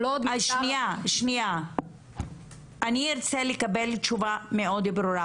אני ארצה לקבל תשובה מאוד ברורה,